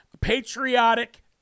patriotic